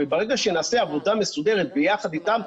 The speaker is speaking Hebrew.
ברגע שנעשה עבודה מסודרת ביחד איתם,